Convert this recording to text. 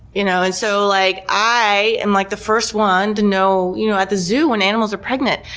you know and so like i am, like, the first one to know you know at the zoo when animals are pregnant.